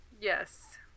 yes